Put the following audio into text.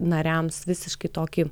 nariams visiškai tokį